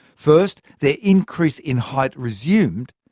first, their increase in height resumed,